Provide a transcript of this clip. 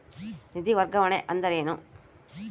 ನಿಧಿ ವರ್ಗಾವಣೆ ಅಂದರೆ ಏನು?